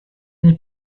n’est